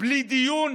בלי דיון,